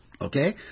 Okay